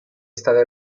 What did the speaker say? stato